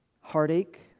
Heartache